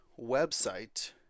website